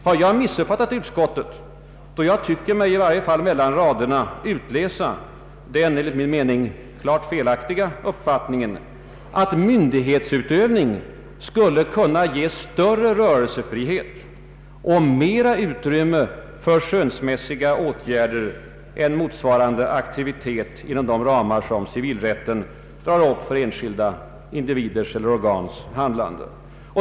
Har jag missuppfattat utskottet, då jag i varje fall mellan raderna tycker mig kunna utläsa den enligt min mening felaktiga uppfattningen att myndighetsutövning skulle kunna ges större rörelsefrihet och mera utrymme för skönsmässiga åtgärder än motsvarande aktivitet inom de ramar som civilrätten drar upp för enskilda individers eller organs handlande?